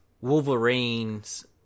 Wolverines